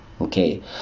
Okay